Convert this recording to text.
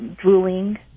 drooling